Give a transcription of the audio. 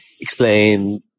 explain